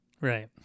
Right